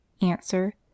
Answer